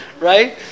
right